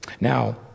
Now